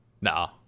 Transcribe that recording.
nah